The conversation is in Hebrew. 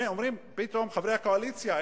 אומרים פתאום חברי הקואליציה,